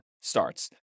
starts